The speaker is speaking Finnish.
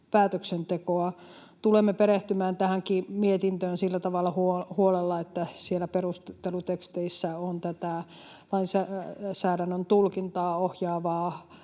päätöksentekoa. Tulemme perehtymään tähänkin mietintöön sillä tavalla huolella, että siellä perusteluteksteissä on tätä lainsäädännön tulkintaa ohjaavaa